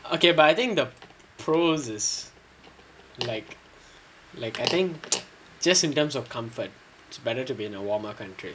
okay but I think the pros is like like I think just in terms of comfort is better to be in a warmer country